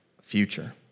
future